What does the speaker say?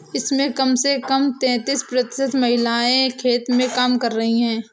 इसमें कम से कम तैंतीस प्रतिशत महिलाएं खेत में काम करती हैं